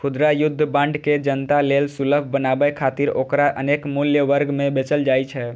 खुदरा युद्ध बांड के जनता लेल सुलभ बनाबै खातिर ओकरा अनेक मूल्य वर्ग मे बेचल जाइ छै